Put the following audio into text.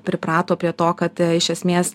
priprato prie to kad iš esmės